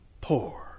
poor